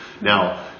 Now